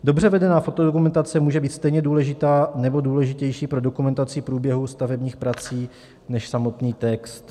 Dobře vedená fotodokumentace může být stejně důležitá nebo důležitější pro dokumentaci průběhu stavebních prací než samotný text.